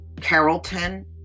Carrollton